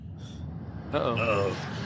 Uh-oh